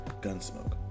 Gunsmoke